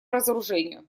разоружению